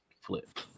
flip